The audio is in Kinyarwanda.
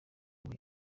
muri